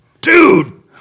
Dude